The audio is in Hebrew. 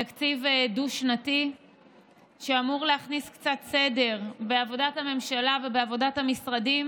תקציב דו-שנתי שאמור להכניס קצת סדר בעבודת הממשלה ובעבודת המשרדים